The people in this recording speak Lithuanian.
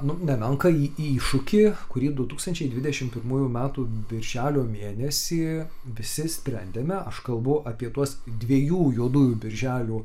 nu nemenką iššūkį kurį du tūkstančiai dvidešimt pirmųjų metų birželio mėnesį visi sprendėme aš kalbu apie tuos dviejų juodųjų birželių